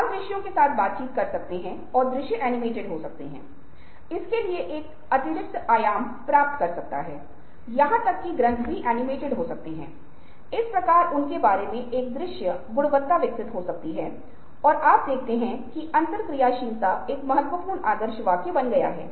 समाधान को लागू करने से क्या कर्मचारियों की अनुपस्थिति कम हो रही है यदि उत्तर हां है तो आपका समाधान अच्छी तरह से काम कर रहा है